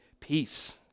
peace